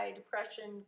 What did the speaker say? depression